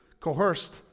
coerced